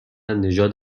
نژاد